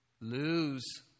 lose